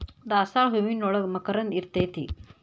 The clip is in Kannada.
ದಾಸಾಳ ಹೂವಿನೋಳಗ ಮಕರಂದ ಇರ್ತೈತಿ